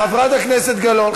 חברת הכנסת גלאון,